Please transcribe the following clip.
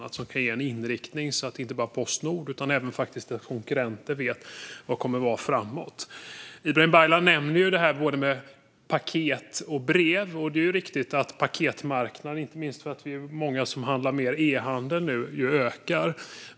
Det är frågor som kan ge en inriktning så att inte bara Postnord utan även konkurrenter vet vad som kommer att gälla framåt. Ibrahim Baylan nämner både paket och brev, och det är riktigt att paketmarknaden ökar, inte minst för att e-handeln nu ökar.